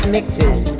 Mixes